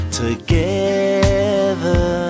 together